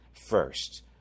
first